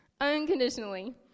Unconditionally